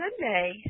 Sunday